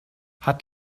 hat